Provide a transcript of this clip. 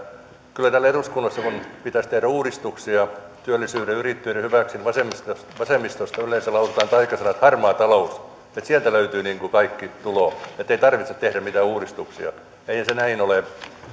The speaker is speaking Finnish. kyllä kun täällä eduskunnassa pitäisi tehdä uudistuksia työllisyyden ja yrittäjyyden hyväksi niin vasemmistosta yleensä lausutaan taikasanat harmaa talous että sieltä löytyy niin kuin kaikki tulo ettei tarvitse tehdä mitään uudistuksia eihän se näin ole